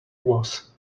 was